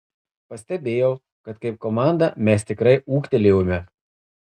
pastebėjau kad kaip komanda mes tikrai ūgtelėjome